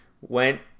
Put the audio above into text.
went